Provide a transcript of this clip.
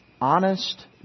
honest